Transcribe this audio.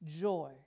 joy